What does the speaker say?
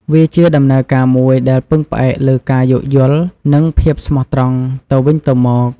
វាជាដំណើរការមួយដែលពឹងផ្អែកលើការយោគយល់ និងភាពស្មោះត្រង់ទៅវិញទៅមក។